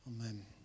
Amen